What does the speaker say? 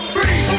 Free